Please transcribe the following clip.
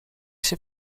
się